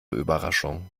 überraschungen